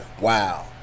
wow